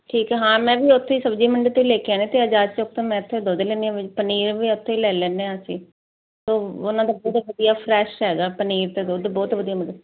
ਠੀਕ ਹੈ ਹਾਂ ਮੈਂ ਵੀ ਉੱਥੇ ਹੀ ਸਬਜ਼ੀ ਮੰਡੀ ਤੋਂ ਲੈ ਕੇ ਆਉਣੇ ਅਤੇ ਆਜ਼ਾਦ ਚੋਂਕ ਤੋਂ ਮੈਂ ਇੱਥੇ ਦੁੱਧ ਲੈਂਦੀ ਹਾਂ ਪਨੀਰ ਵੀ ਉੱਥੋਂ ਹੀ ਲੈ ਲੈਂਦੇ ਹਾਂ ਅਸੀਂ ਉਹ ਉਹਨਾਂ ਦੇ ਬੜੇ ਵਧੀਆ ਫਰੈਸ਼ ਹੈਗਾ ਪਨੀਰ ਅਤੇ ਦੁੱਧ ਬਹੁਤ ਵਧੀਆ ਮਿਲਦਾ